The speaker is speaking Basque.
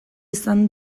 izan